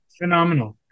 Phenomenal